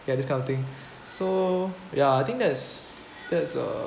ya this kind of thing so ya I think that's that's uh